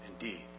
Indeed